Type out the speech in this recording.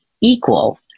equal